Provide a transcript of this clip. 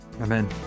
Amen